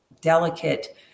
delicate